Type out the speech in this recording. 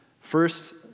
First